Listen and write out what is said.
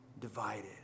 divided